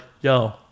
yo